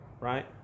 right